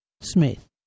Smith